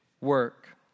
work